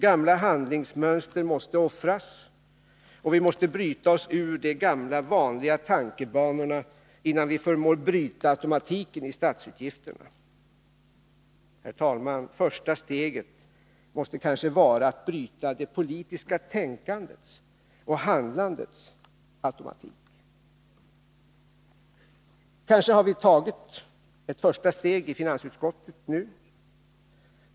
Gamla handlingsmönster måste offras och vi måste bryta oss ur de gamla vanliga tankebanorna, innan vi förmår bryta automatiken i statsutgifterna. Herr talman! Första steget måste vara att bryta det politiska tänkandets och handlandets ”automatik”. Kanske har vi tagit ett första steg i finansutskottet nu.